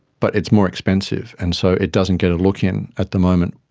but it's more expensive, and so it doesn't get a look-in at the moment,